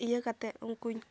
ᱤᱭᱟᱹ ᱠᱟᱛᱮᱫ ᱩᱱᱠᱩᱧ